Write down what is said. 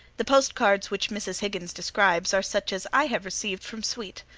the postcards which mrs. higgins describes are such as i have received from sweet.